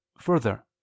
further